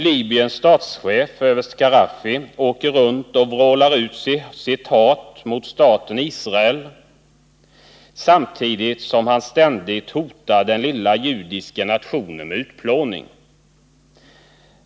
Libyens statschef överste Khadaffi åker runt och vrålar ut sitt hat mot staten Israel och hotar ständigt den lilla judiska nationen med utplåning.